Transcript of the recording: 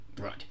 Right